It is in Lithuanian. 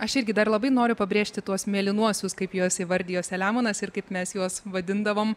aš irgi dar labai noriu pabrėžti tuos mėlynuosius kaip juos įvardijo selemonas ir kaip mes juos vadindavom